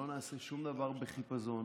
לא נעשה שום דבר בחיפזון.